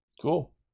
Cool